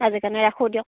আজিৰ কাৰণে ৰাখো দিয়ক